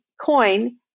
coin